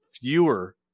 fewer